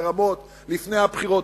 לרמות לפני הבחירות,